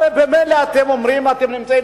הרי ממילא אתם אומרים שאתם נמצאים